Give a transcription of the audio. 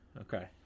Okay